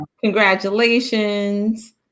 Congratulations